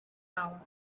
hour